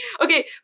Okay